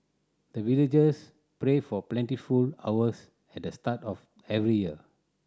the villagers pray for plentiful harvest at the start of every year